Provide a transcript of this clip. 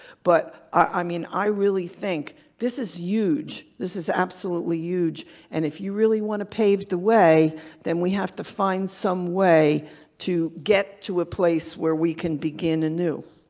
but i mean i really think this is huge. this is absolutely huge and if you really want to pave the way then we have to find some way to get to a place where we can begin anew.